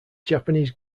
japanese